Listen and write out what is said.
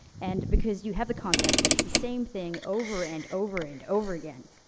and because you have the concept that it's the same thing over, and over, and over again.